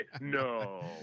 no